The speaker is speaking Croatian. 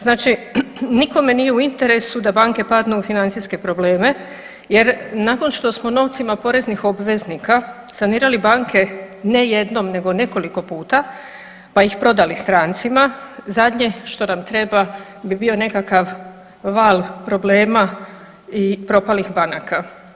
Znači nikome nije u interesu da banke padnu u financijske probleme jer nakon što smo novcima poreznih obveznika sanirali banke ne jednom nego nekoliko puta, pa ih prodali strancima, zadnje što nam treba bi bio nekakav val problema i propalih banaka.